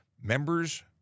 members